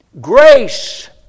Grace